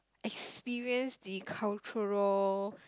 experience the cultural